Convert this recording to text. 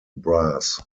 brass